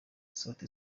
sauti